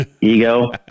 ego